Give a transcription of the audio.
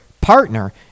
partner